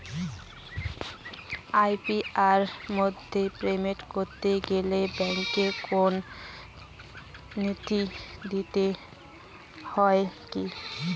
UPI এর মাধ্যমে payment করতে গেলে ব্যাংকের কোন নথি দিতে হয় কি?